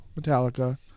Metallica